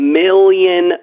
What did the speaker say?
million